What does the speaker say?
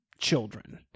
children